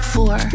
Four